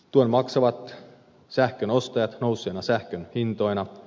tuon maksavat sähkön ostajat nousseina sähkön hintoina